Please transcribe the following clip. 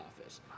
office